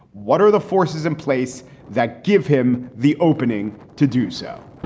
what are the forces in place that give him the opening to do so?